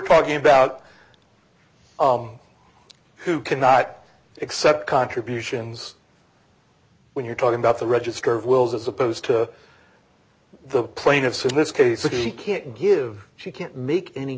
talking about who cannot accept contributions when you're talking about the register of wills as opposed to the plaintiffs in this case again he can't give she can't make any